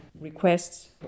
requests